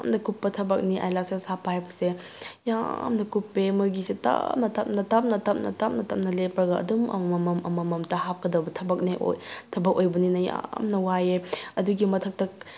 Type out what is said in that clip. ꯌꯥꯝꯅ ꯀꯨꯞꯄ ꯊꯕꯛꯅꯤ ꯑꯥꯏ ꯂꯥꯁꯦꯁ ꯍꯥꯞꯄ ꯍꯥꯏꯕꯁꯦ ꯌꯥꯝꯅ ꯀꯨꯞꯄꯦ ꯃꯣꯏꯒꯤꯁꯦ ꯇꯞꯅ ꯇꯞꯅ ꯇꯞꯅ ꯇꯞꯅ ꯇꯞꯅ ꯇꯞꯅ ꯂꯦꯞꯄꯒ ꯑꯗꯨꯝ ꯑꯃꯃꯝ ꯑꯃꯃꯝꯇ ꯍꯥꯞꯀꯗꯕ ꯊꯕꯛꯅꯦ ꯊꯕꯛ ꯑꯣꯏꯕꯅꯤꯅ ꯌꯥꯝꯅ ꯋꯥꯏꯑꯦ ꯑꯗꯨꯒꯤ ꯃꯊꯛꯇ